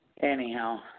Anyhow